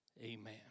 Amen